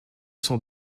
son